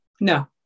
no